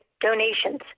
donations